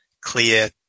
clear